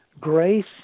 Grace